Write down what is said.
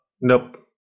nope